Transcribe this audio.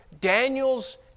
Daniel's